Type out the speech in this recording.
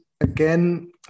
again